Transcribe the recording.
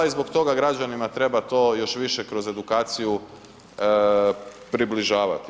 I zbog toga građanima treba to još više kroz edukaciju približavati.